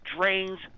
Drains